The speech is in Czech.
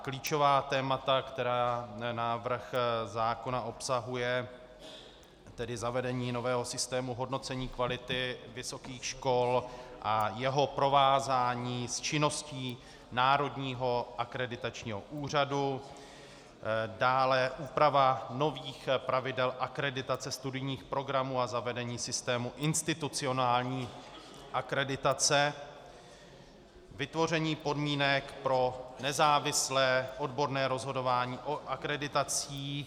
Klíčová témata, která návrh zákona obsahuje, tedy zavedení nového systému hodnocení kvality vysokých škol a jeho provázání s činností Národního akreditačního úřadu, dále úprava nových pravidel akreditace studijních programů a zavedení systému institucionální akreditace, vytvoření podmínek pro nezávislé odborné rozhodování o akreditacích.